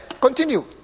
continue